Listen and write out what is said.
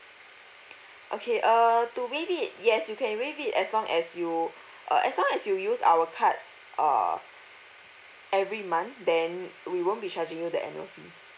okay uh to waive it yes you can waive it as long as you uh as long as you use our cards uh every month then we won't be charging you that annual fee